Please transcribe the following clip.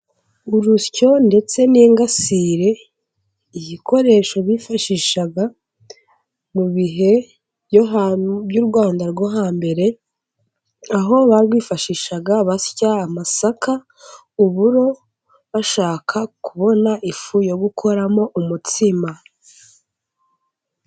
Urusyo ndetse n'ingasire ibikoresho bifashishaga mu bihe by'u Rwanda rwo hambere, aho babyifashishaga basya amasaka, uburo, bashaka kubona ifu yo gukoramo umutsima.